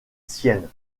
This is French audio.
sienne